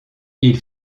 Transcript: ils